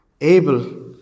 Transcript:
able